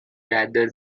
rather